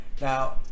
now